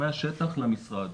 מהשטח למשרד,